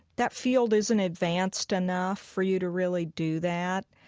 that field isn't advanced enough for you to really do that.